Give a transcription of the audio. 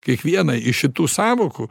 kiekvienai iš šitų sąvokų